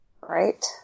Right